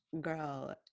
Girl